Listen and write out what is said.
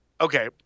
Okay